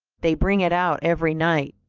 they bring it out every night.